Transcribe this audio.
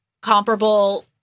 comparable